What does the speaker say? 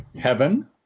heaven